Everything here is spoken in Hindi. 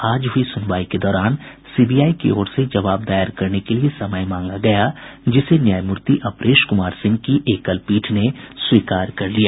आज हुई सुनवाई के दौरान सीबीआई की ओर से जवाब दायर करने के लिए समय मांगा गया जिसे न्यायमूर्ति अपरेश कुमार सिंह की एकल पीठ ने स्वीकार कर लिया